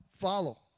follow